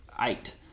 eight